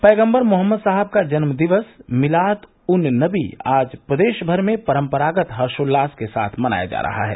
पैगम्दर मोहम्मद साहब का जन्मदिवस मिलाद उन नबी आज प्रदेश भर में परम्रागत हर्षोल्लास के साथ मनाया जा रहा है